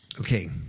Okay